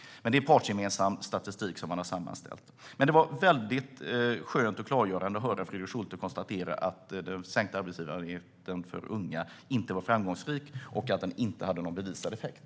Men det är partsgemensam statistik som man sammanställt. Det var i alla fall väldigt skönt och klargörande att höra Fredrik Schulte konstatera att den sänkta arbetsgivaravgiften för unga inte var framgångsrik och inte hade någon bevisad effekt.